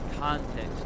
context